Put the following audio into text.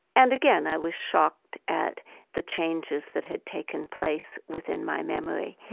and, again, i was shocked at the changes that had taken place within my memory.